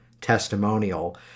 testimonial